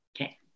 Okay